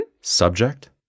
Subject